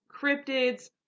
cryptids